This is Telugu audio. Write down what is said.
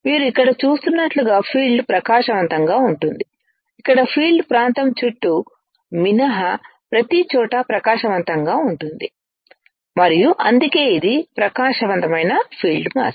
మీరు ఇక్కడ చూస్తున్నట్లుగా ఫీల్డ్ ప్రకాశవంతంగా ఉంటుంది ఇక్కడ ఫీల్డ్ ప్రాంతం చుట్టూ మినహా ప్రతిచోటా ప్రకాశవంతంగా ఉంటుంది మరియు అందుకే ఇది ప్రకాశవంతమైన ఫీల్డ్ మాస్క్